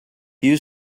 you